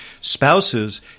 spouses